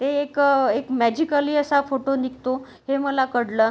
ए एक एक मॅजिकली असा फोटो निघतो हे मला कळलं